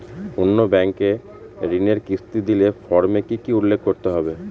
অন্য ব্যাঙ্কে ঋণের কিস্তি দিলে ফর্মে কি কী উল্লেখ করতে হবে?